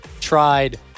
tried